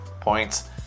points